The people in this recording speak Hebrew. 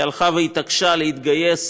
היא הלכה והתעקשה להתגייס